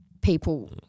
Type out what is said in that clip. people